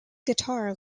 guitar